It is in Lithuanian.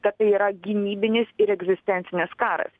kad tai yra gynybinis ir egzistencinis karas